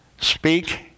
speak